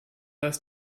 dass